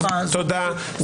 תודה רבה.